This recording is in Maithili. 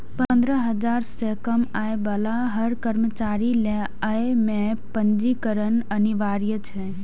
पंद्रह हजार सं कम आय बला हर कर्मचारी लेल अय मे पंजीकरण अनिवार्य छै